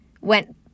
went